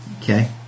okay